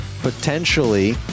potentially